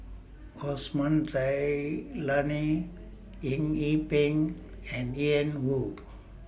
Osman Zailani Eng Yee Peng and Ian Woo